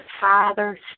Father